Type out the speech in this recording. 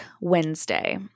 Wednesday